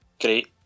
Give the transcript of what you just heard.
great